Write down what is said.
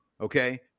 Okay